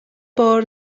بار